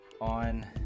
on